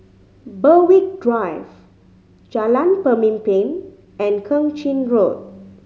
Berwick Drive Jalan Pemimpin and Keng Chin Road